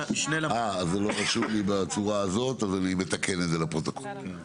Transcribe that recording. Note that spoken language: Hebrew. זה לא רשום לי בצורה הזאת אז אני מתקן את זה לפרוטוקול.